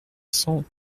cent